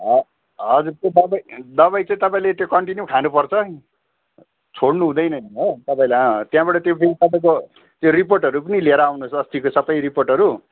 ह हजुर त्यो दबाई दबाई चाहिँ तपाईँले त्यो कन्टिन्यू खानुपर्छ छोड्नु हुँदैन न नि हो तपाईँले अँ त्यहाँबाट तपाईँको त्यो रिपोर्टहरू पनि लिएर आउनुहोस् अस्तिको सबै रिपोर्टहरू